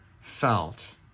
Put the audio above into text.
felt